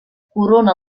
corona